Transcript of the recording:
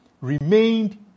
remained